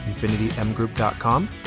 infinitymgroup.com